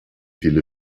viele